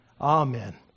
amen